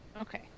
okay